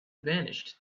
vanished